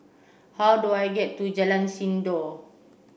how do I get to Jalan Sindor